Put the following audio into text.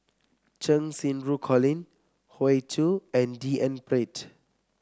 Cheng Xinru Colin Hoey Choo and D N Pritt